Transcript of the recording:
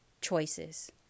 choices